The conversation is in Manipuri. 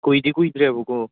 ꯀꯨꯏꯗꯤ ꯀꯨꯏꯗ꯭ꯔꯦꯕꯀꯣ